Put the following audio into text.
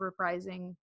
reprising